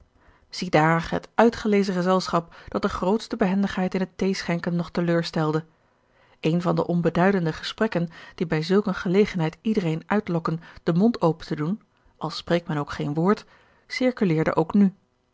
ziedaar het uitgelezen gezelschap dat de grootste behendigheid in het thee schenken nog teleurstelde een van de onbeduidende george een ongeluksvogel gesprekken die bij zulk eene gelegenheid iedereen uitlokken den mond open te doen al spreekt men ook geen woord circuleerde ook nu